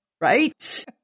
Right